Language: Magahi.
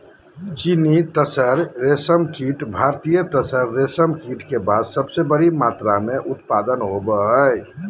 चीनी तसर रेशमकीट भारतीय तसर रेशमकीट के बाद सबसे बड़ी मात्रा मे उत्पादन होबो हइ